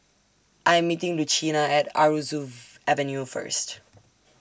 I Am meeting Lucina At Aroozoo Avenue First